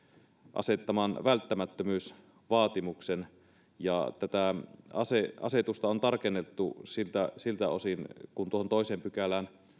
asettaman välttämättömyysvaatimuksen ja tätä asetusta on tarkennettu siltä osin että tuohon toiseen pykälään